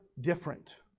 different